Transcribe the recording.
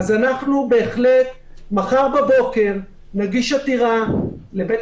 אנחנו בהחלט מחר בבוקר נגיש עתירה לבית